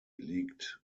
liegt